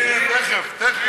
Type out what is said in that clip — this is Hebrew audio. נגד?